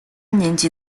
年级